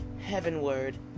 heavenward